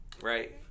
right